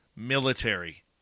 Military